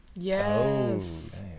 Yes